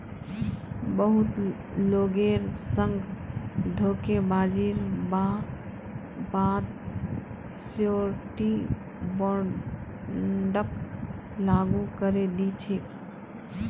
बहुत लोगेर संग धोखेबाजीर बा द श्योरटी बोंडक लागू करे दी छेक